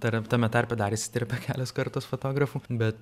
tai yra tame tarpe dar įsiterpia kelios kartos fotografų bet